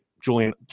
Julian